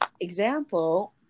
example